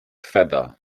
feather